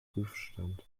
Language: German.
prüfstand